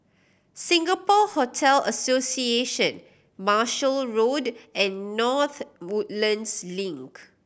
Singapore Hotel Association Marshall Road and North Woodlands Link